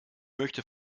möchte